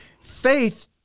faith